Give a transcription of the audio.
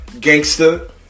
gangster